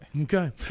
okay